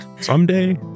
Someday